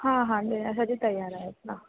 हां हां देण्यासाठी तयार आहेत ना